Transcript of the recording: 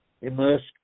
immersed